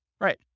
Right